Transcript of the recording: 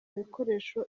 bikoresho